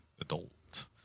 adult